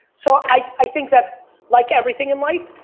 so i think that like everything in life,